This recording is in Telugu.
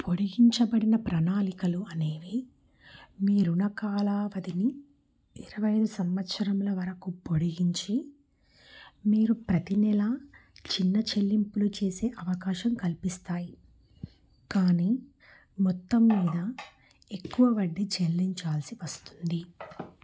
పొడిగించబడిన ప్రణాళికలు అనేవి మీ రుణ కాలావధిని ఇరవై ఐదు సంవత్సరముల వరకు పొడిగించి మీరు ప్రతి నెల చిన్న చెల్లింపులు చేసే అవకాశం కల్పిస్తాయి కానీ మొత్తం మీద ఎక్కువ వడ్డీ చెల్లించాల్సి వస్తుంది